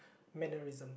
mannerism